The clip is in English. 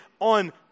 on